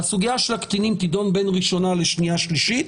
הסוגיה של הקטינים תידון בין הקריאה הראשונה לקריאה השנייה והשלישית,